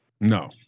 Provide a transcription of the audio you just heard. No